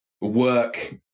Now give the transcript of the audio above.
work